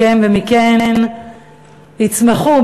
מכם ומכן יצמחו,